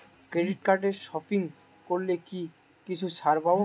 Credit কার্ডে shopping করলে কি কিছু ছাড় পাব?